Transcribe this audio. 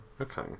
Okay